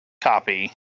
copy